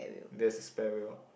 there's a spare wheel